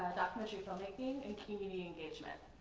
documentary film making, and community engagement.